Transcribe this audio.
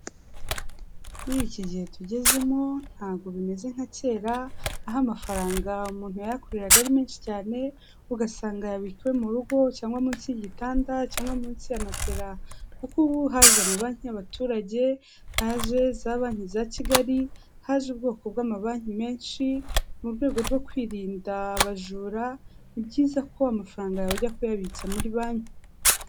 Muri iki gihe tugezemo ntago bimeze nka kera aho amafaranga umuntu yayakoreraga ari menshi cyane ugasanga ayabika iwe mu rugo cyangwa munsi y'igitanda cyangwa munsi ya matera, kuko ubu haje ama banki y'abaturage, haje za banki za Kigali, haje ubwoko bw'amabanki menshi, mu rwego rwo kwirinda abajura ni byiza ko amafaranga yawe ujya kuyabitsa muri banki.